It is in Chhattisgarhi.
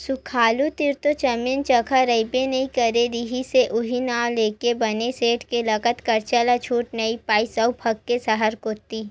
सुकालू तीर तो जमीन जघा रहिबे नइ करे रिहिस हे उहीं नांव लेके बने सेठ के लगत करजा ल छूट नइ पाइस अउ भगागे सहर कोती